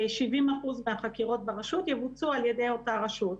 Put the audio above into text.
70% מהחקירות ברשות יבוצעו על ידי אותה רשות.